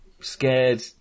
scared